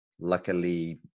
luckily